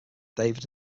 david